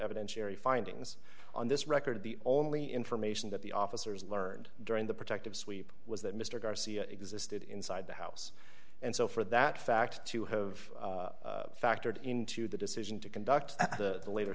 evidentiary findings on this record the only information that the officers learned during the protective sweep was that mr garcia existed inside the house and so for that fact to have factored into the decision to conduct the la